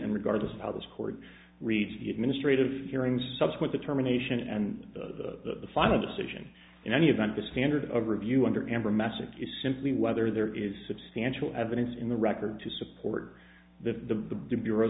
and regardless of how this court reads the administrative hearings subsequent determination and the final decision in any event the standard of review under amber messick is simply whether there is substantial evidence in the record to support the the bureau